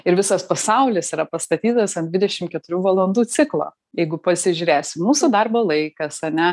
ir visas pasaulis yra pastatytas ant dvidešim keturių valandų ciklo jeigu pasižiūrėsim mūsų darbo laikas ane